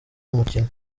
umukino